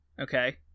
Okay